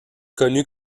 connu